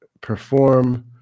perform